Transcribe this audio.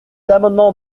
amendement